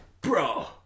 Bro